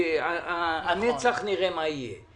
לנצח נראה מה יהיה.